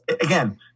again